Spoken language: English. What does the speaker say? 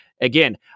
Again